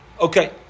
Okay